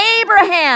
Abraham